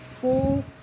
four